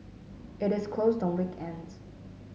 it is closed on weekends